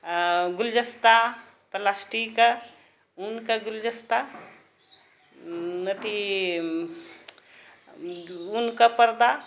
आओर गुलदस्ता प्लास्टिकके ऊनके गुलदस्ता अथी ऊनके पर्दा